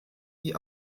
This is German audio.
die